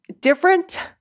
different